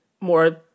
more